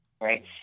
Right